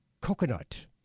coconut